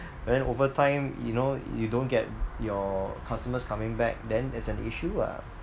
and then over time you know you don't get your customers coming back then there's an issue lah